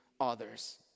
others